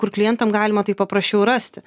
kur klientam galima tai paprasčiau rasti